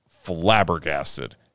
flabbergasted